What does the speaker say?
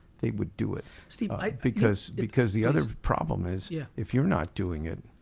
they would do it. steve because because the other problem is yeah if you're not doing it,